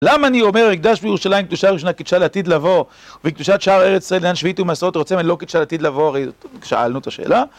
למה אני אומר, הקדש בירושלים, קדושה ראשונה, קדושה לעתיד לבוא, ובקדושת שער ארץ ישראל, לאן שביעיתם מסעות? אתם רוצים ללא קדושה לעתיד לבוא? הרי שאלנו את השאלה.